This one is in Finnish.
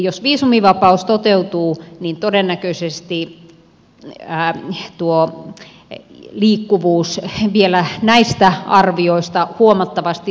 jos viisumivapaus toteutuu niin todennäköisesti tuo liikkuvuus vielä näistä arvioista huomattavasti lisääntyy